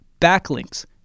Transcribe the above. backlinks